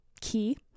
key